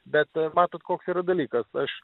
bet matot koks yra dalykas aš